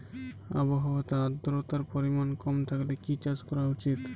আবহাওয়াতে আদ্রতার পরিমাণ কম থাকলে কি চাষ করা উচিৎ?